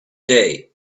day